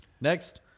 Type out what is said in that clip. Next